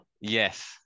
yes